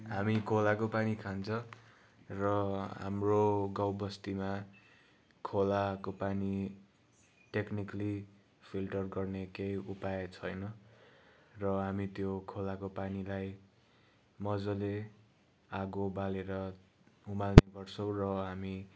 हामी खोलाको पानी खान्छ र हाम्रो गाउँ बस्तीमा खोलाको पानी टेक्निकली फिल्टर गर्ने केही उपाय छैन र हामी त्यो खोलाको पानीलाई मज्जाले आगो बालेर उमाल्ने गर्छौँ र हामी